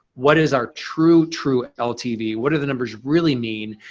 what is our true, true ltv? what are the numbers really mean?